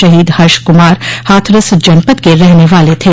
शहीद हर्ष क्मार हाथरस जनपद के रहने वाले थे